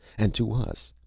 and to us!